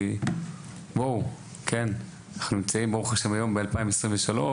אנחנו נמצאים ברוך השם היום ב-2023.